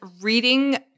reading